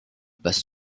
passe